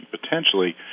potentially